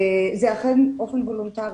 זה אכן באופן וולנטרי.